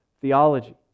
theology